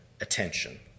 attention